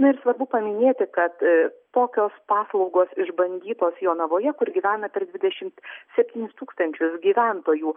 na ir svarbu paminėti kad aaa tokios paslaugos išbandytos jonavoje kur gyvena per dvidešimt septynis tūkstančius gyventojų